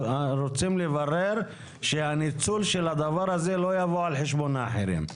רוצים לברר שהניצול של הדבר הזה לא יבוא על חשבון אחרים.